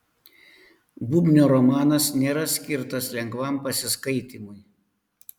bubnio romanas nėra skirtas lengvam pasiskaitymui